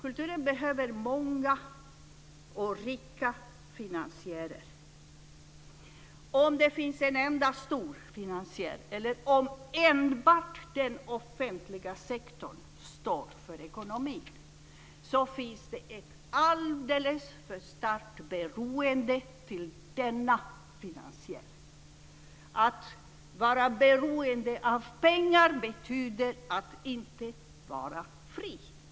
Kulturen behöver många och rika finansiärer. Att vara beroende av pengar betyder att inte vara fri.